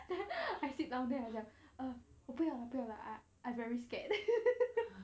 then I sit down then I said 不要啦不要啦 I I very scared